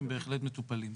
הם בהחלט מטופלים.